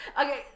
Okay